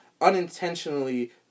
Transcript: unintentionally